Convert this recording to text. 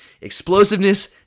explosiveness